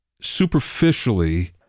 superficially